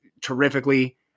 terrifically